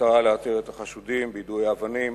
במטרה לאתר את החשודים ביידויי אבנים